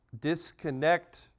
disconnect